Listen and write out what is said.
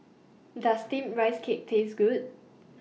Does Steamed Rice Cake Taste Good